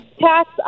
tax